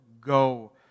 go